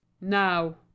now